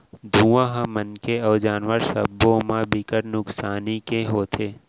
धुंआ ह मनखे अउ जानवर सब्बो म बिकट नुकसानी के होथे